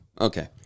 Okay